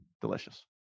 delicious